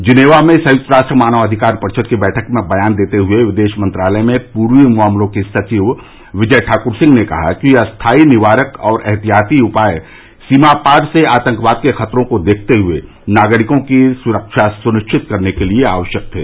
Geneva में संयुक्त राष्ट्र मानवाधिकार परिषद की बैठक में बयान देते हुए विदेश मंत्रालय में पूर्वी मामलों की सचिव विजय ठाकुर सिंह ने कहा कि अस्थाई निवारक और एहतिहाती उपाय सीमापार से आतंकवाद के खतरों को देखते हुए नागरिकों की सुरक्षा सुनिश्चित करने के लिए आवश्यक थे